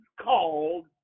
called